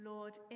Lord